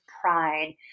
pride